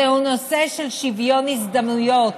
זהו נושא של שוויון הזדמנויות,